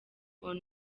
one